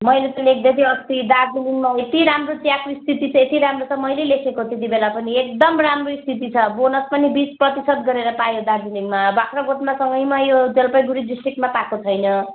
मैले सुनेको थिएँ कि अस्ति दार्जिलिङमा यति राम्रो चियाको स्थिति छ यति राम्रो त मैले लेखेको त्यतिबेला पनि एकदम राम्रो स्थिति छ बोनस पनि बिस प्रतिशत गरेर पायो दार्जिलिङमा बाख्राकोटमा सँगैमा यो जलपाइगुडी डिस्ट्रिक्टमा पाएको छैन